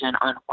on